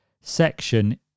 section